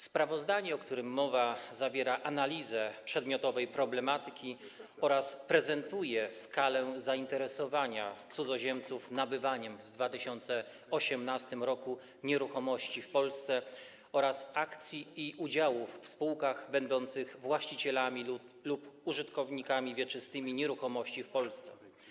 Sprawozdanie, o którym mowa, zawiera analizę przedmiotowej problematyki oraz prezentuje skalę zainteresowania cudzoziemców nabywaniem w 2018 r. nieruchomości w Polsce oraz akcji i udziałów w spółkach będących właścicielami lub użytkownikami wieczystymi nieruchomości w Polsce.